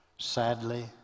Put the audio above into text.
sadly